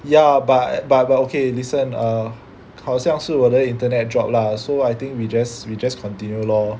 ya but but but okay listen err 好像是我的 internet drop lah so I think we just we just continue lor